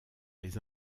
les